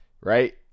right